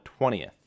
20th